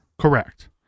Correct